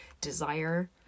desire